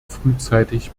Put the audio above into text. frühzeitig